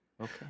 Okay